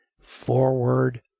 forward